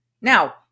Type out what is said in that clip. Now